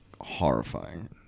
horrifying